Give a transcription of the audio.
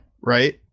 right